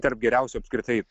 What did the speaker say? tarp geriausių apskritai